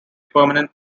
permanent